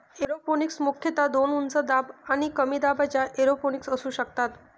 aeroponics मुख्यतः दोन उच्च दाब आणि कमी दाबाच्या एरोपोनिक्स असू शकतात